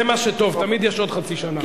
זה מה שטוב, תמיד יש עוד חצי שנה.